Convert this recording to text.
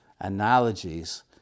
analogies